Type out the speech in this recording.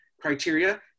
criteria